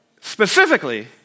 specifically